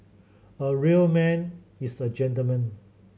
a real man is a gentleman